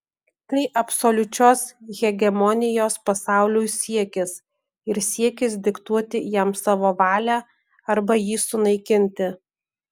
tai absoliučios hegemonijos pasauliui siekis ir siekis diktuoti jam savo valią arba jį sunaikinti